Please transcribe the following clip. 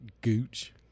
gooch